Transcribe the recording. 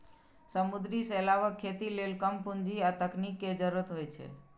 समुद्री शैवालक खेती लेल कम पूंजी आ तकनीक के जरूरत होइ छै